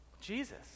Jesus